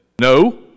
No